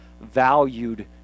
valued